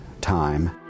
time